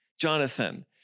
Jonathan